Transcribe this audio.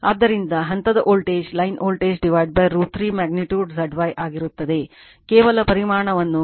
ಆದ್ದರಿಂದ ಹಂತದ voltage line voltage √ 3 magnitude Z Y ಆಗಿರುತ್ತದೆ ಕೇವಲ ಪರಿಮಾಣವನ್ನು ಮಾಡುತ್ತಿದೆ